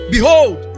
Behold